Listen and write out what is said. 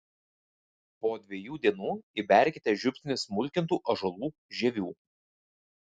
po dviejų dienų įberkite žiupsnį smulkintų ąžuolų žievių